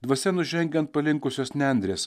dvasia nužengia ant palinkusios nendrės